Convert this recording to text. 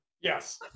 Yes